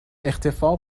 اختفاء